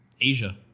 asia